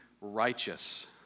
righteous